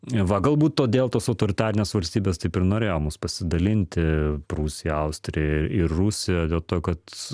va galbūt todėl tos autoritarinės valstybės taip ir norėjo mus pasidalinti prūsija austrija ir rusija dėl to kad